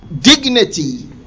dignity